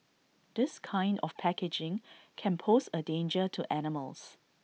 this kind of packaging can pose A danger to animals